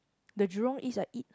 the Jurong-East I eat